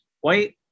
white